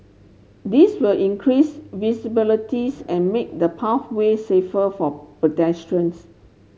this will increase visibility and make the pathway safer for pedestrians